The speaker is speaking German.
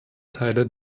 teile